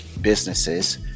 businesses